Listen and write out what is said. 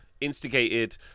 instigated